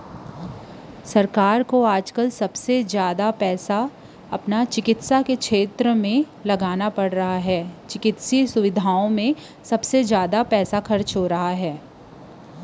सरकार ल आजकाल सबले जादा पइसा चिकित्सा सुबिधा म लगे हवय